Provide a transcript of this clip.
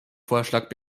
vorschlag